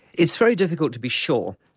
it's very difficult to be sure.